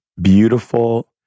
beautiful